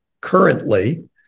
currently